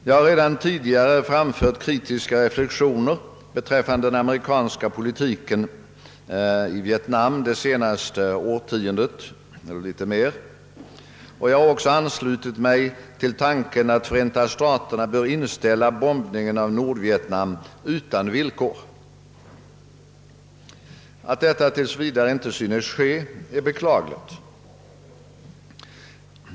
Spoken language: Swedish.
Jag har redan tidigare framfört kritiska reflexioner beträffande den amerikanska politiken i Vietnam det senaste årtiondet, och jag har också anslutit mig till tanken att Förenta staterna bör inställa bombningen av Nordvietnam utan villkor. Att detta tills vidare inte synes ske är beklagligt.